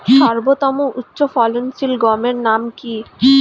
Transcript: সর্বতম উচ্চ ফলনশীল গমের নাম কি?